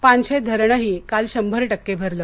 पानशेत धरणही काल शंभर टक्के भरलं